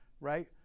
right